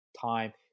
time